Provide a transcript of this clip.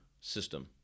system